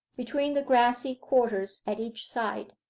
between the grassy quarters at each side,